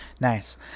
Nice